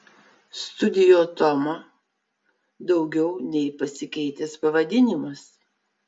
studio toma daugiau nei pasikeitęs pavadinimas